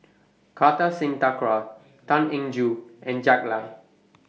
Kartar Singh Thakral Tan Eng Joo and Jack Lai